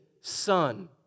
son